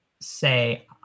say